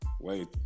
wait